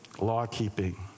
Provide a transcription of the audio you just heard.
law-keeping